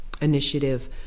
initiative